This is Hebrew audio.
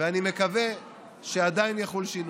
ואני מקווה שעדיין יחול שינוי.